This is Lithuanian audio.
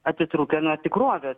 atitrūkę nuo tikrovės